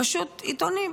פשוט עיתונים.